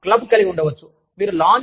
మీరు క్లబ్ కలిగి ఉండవచ్చు